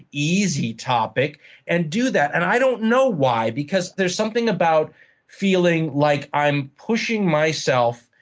easy topic and do that? and i don't know why because there's something about feeling like i'm pushing myself.